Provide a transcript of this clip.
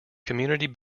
community